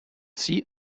see